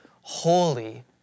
holy